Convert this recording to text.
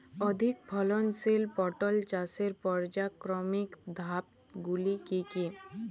অধিক ফলনশীল পটল চাষের পর্যায়ক্রমিক ধাপগুলি কি কি?